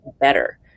better